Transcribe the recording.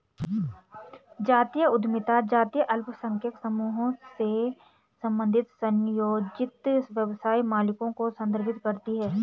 जातीय उद्यमिता जातीय अल्पसंख्यक समूहों से संबंधित स्वनियोजित व्यवसाय मालिकों को संदर्भित करती है